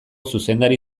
zuzendari